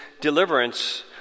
deliverance